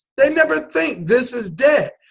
they never think this is debt.